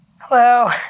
Hello